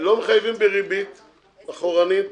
לא מחייבים בריבית אחורנית.